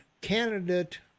candidate